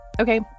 Okay